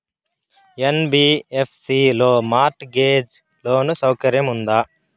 NBFC లో mortgage loan సౌకర్యం ఉందా?